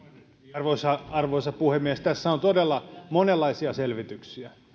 arvoisa arvoisa puhemies tässä on todella monenlaisia selvityksiä